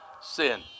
sin